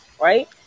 right